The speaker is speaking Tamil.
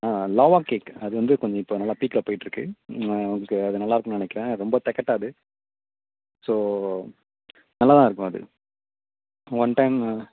லாவா கேக் அது வந்து கொஞ்சம் இப்போ நல்லா பீக்காக போயிட்டிருக்கு உங்களுக்கு அது நல்லாருக்குனு நினைக்கிறேன் ரொம்ப திகட்டாது ஸோ நல்லா தான் இருக்கும் அது ஒன் டைம்மு